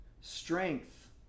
strength